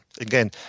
Again